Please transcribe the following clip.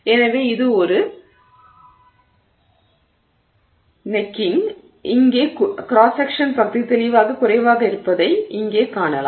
எனவே இது ஒரு கழுத்து இங்கே குறுக்கு வெட்டு பகுதி தெளிவாக குறைவாக இருப்பதை இங்கே காணலாம்